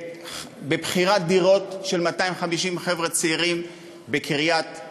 השתתפתי בבחירת דירות של 250 חבר'ה צעירים בקריית-מוצקין,